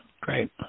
Great